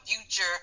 future